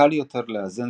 קל יותר לאזן